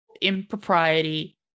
impropriety